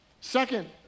Second